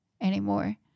anymore